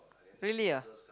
really ah